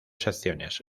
secciones